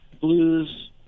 Blues